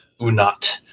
Unat